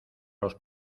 los